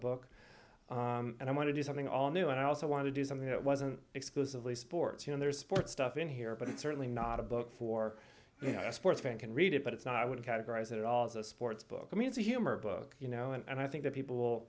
book and i want to do something all new and i also want to do something that wasn't exclusively sports you know there's sports stuff in here but it's certainly not a book for you know a sports fan can read it but it's not i would categorize it all as a sports book i mean the humor book you know and i think that people